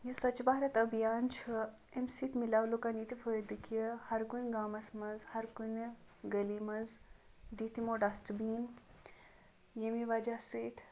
یہِ سوچھ بھارت أبھیان چھُ امہِ سۭتۍ مِلیو لُکَن ییٚتہِ فٲیدٕ کہِ ہر کُنہِ گامَس مَنٛز ہر کُنہِ گلی مَنٛز دِتھ یِمو ڈَسٹبیٖن ییٚمہِ وَجہ سۭتۍ